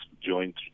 joint